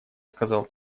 сказал